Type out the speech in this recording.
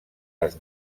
les